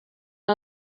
撤销